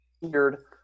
weird